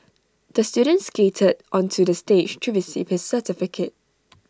the student skated onto the stage to receive his certificate